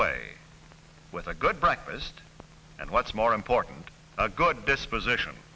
way with a good breakfast and what's more important a good disposition